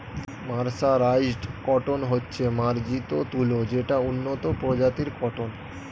mercerised cotton হচ্ছে মার্জিত তুলো যেটা উন্নত প্রজাতির কটন